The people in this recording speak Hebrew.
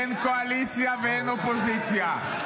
אין קואליציה ואין אופוזיציה.